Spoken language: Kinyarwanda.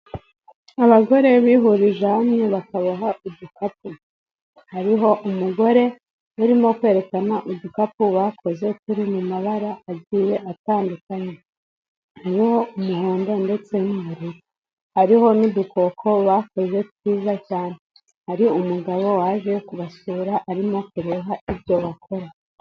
Abagore bihurije hamwe bakaboha udukapu. Hariho umugore urimo kwerekana udukapu bakoze turi mu mabara agiye atandukanye. Turiho umuhondo ndetse n'ubururu. Hariho n'udukoko bakoze twiza cyane, hari umugabo waje kubasura ari no kureba ibyo bakora.